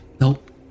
Nope